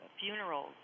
funerals